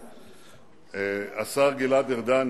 השר גלעד ארדן,